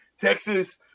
Texas